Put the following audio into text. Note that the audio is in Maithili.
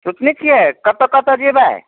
सोचने छियै कतऽ कतऽ जयबै